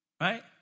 Right